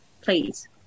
please